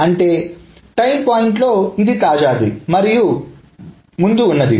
అంటే time point లో ఇదే తాజాది మరియు ముందు ఉన్నది